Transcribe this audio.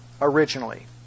originally